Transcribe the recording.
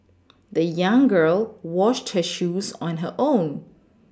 the young girl washed shoes on her own